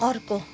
अर्को